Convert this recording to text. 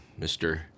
Mr